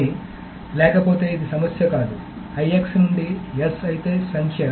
కానీ లేకపోతే ఇది సమస్య కాదు IX నుండి S అయితే సంఖ్య